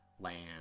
Land